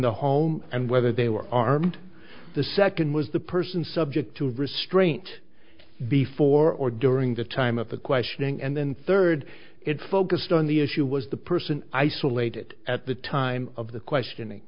the home and whether they were armed the second was the person subject to restraint before or during the time of the questioning and then third it focused on the issue was the person isolated at the time of the question